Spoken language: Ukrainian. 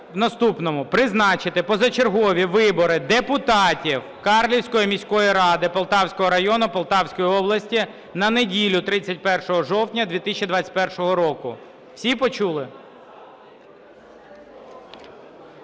Призначити позачергові вибори депутатів Карлівської міської ради Полтавського району Полтавської області на неділю 31 жовтня 2021 року. Всі почули?